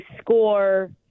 score